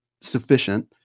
sufficient